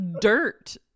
dirt